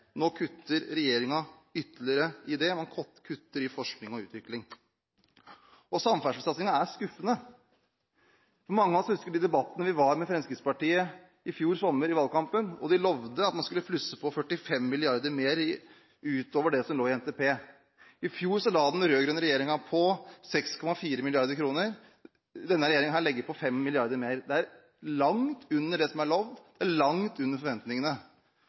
Nå kutter regjeringen ytterligere i det, man kutter i forskning og utvikling. Samferdselssatsingen er skuffende. Mange av oss husker debattene med Fremskrittspartiet i fjor sommer i valgkampen. De lovet at man skulle plusse på 45 mrd. kr utover det som lå i NTP. I fjor la den rød-grønne regjeringen på 6,4 mrd. kr. Denne regjeringen legger på 5 mrd. kr mer. Det er langt under det som er lovet, det er langt under forventningene.